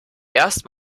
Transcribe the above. erst